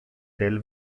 del